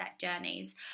journeys